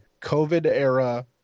COVID-era